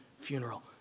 funeral